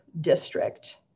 district